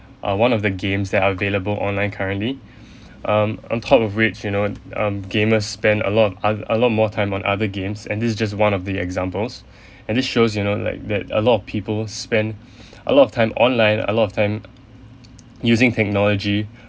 err one of the games that are available online currently um on top of which you know um gamers spend a lot of o~ a lot more time on other games and this is just one of the examples and this shows you know like that a lot of people spend a lot of time online a lot of time using technology